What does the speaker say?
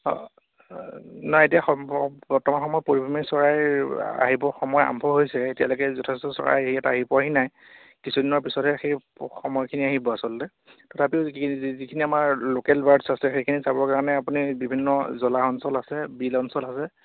অঁ নাই এতিয়া বৰ্তমান সময়ত পৰিভ্ৰমী চৰাইৰ আহিব সময় আৰম্ভ হৈছেহে এতিয়ালৈকে যথেষ্ট চৰাই ইয়াত আহি পোৱাহি নাই কিছুদিনৰ পিছতহে সেই সময়খিনি আহিব আচলতে তথাপিও যিখিনি আমাৰ লোকেল বাৰ্ডছ আছে সেইখিনি চাবৰ কাৰণে আপুনি বিভিন্ন জলাহ অঞ্চল আছে বিল অঞ্চল আছে